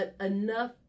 enough